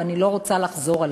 ואני לא רוצה לחזור עליו.